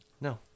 No